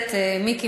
תודה.